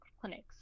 clinics